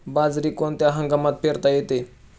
बाजरी कोणत्या हंगामात पेरता येते?